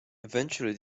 eventually